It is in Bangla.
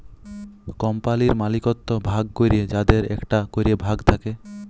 কম্পালির মালিকত্ব ভাগ ক্যরে যাদের একটা ক্যরে ভাগ থাক্যে